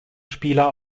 spieler